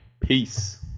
peace